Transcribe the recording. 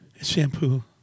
shampoo